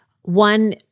One